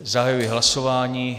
Zahajuji hlasování.